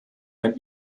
ein